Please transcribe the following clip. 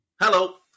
Hello